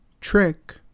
...trick